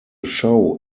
show